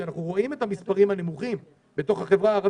שאנחנו רואים את המספרים הנמוכים בה,